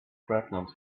pregnant